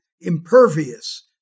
impervious